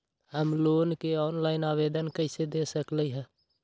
हम लोन के ऑनलाइन आवेदन कईसे दे सकलई ह?